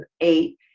eight